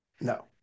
No